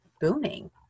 booming